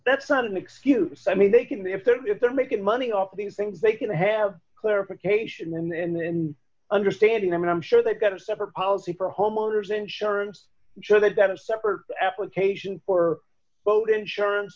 that's not an excuse i mean they can be if they're if they're making money off of these things they can have clarification and then understanding them and i'm sure they've got a separate policy for homeowners insurance sure that that is separate application for boat insurance